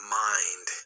mind